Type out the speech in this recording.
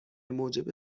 موجب